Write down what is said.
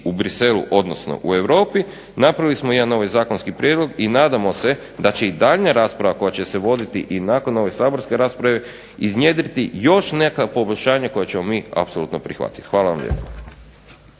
u Bruxellesu odnosno u Europi napravili smo jedan novi zakonski prijedlog i nadamo se da će i daljnja rasprava koja će se voditi i nakon ove saborske rasprave, iznjedriti još neka poboljšanja koja ćemo mi apsolutno prihvatiti. Hvala vam lijepa.